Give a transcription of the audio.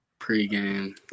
Pre-game